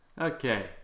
Okay